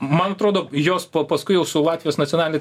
man atrodo jos po paskui jau su latvijos nacionaline